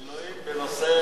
מילואים בנושא,